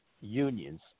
unions